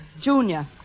Junior